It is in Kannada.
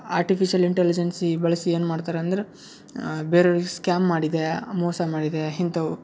ಆರ್ಟಿಫಿಷಲ್ ಇಂಟೆಲಿಜೆನ್ಸಿ ಬಳಸಿ ಏನು ಮಾಡ್ತಾರೆ ಅಂದ್ರೆ ಬೇರೆ ಅವ್ರಿಗೆ ಸ್ಕ್ಯಾಮ್ ಮಾಡಿದೆ ಮೋಸ ಮಾಡಿದೆ ಇಂಥವು